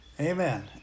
Amen